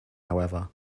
however